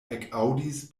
ekaŭdis